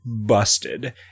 busted